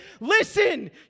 listen